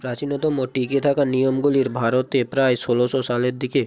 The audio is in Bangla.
প্রাচীনতম টিকে থাকা নিয়মগুলি ভারতে প্রায় ষোলোশো সালের দিকে